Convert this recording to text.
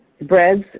breads